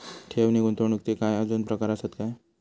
ठेव नी गुंतवणूकचे काय आजुन प्रकार आसत काय?